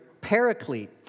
paraclete